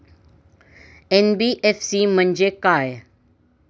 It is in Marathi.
एन.बी.एफ.सी म्हणजे काय?